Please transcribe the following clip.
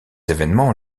évènements